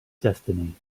destiny